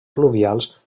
pluvials